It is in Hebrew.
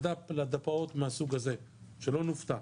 לדפ"אות מהסוג הזה, שלא נופתע.